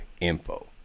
info